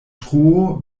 truo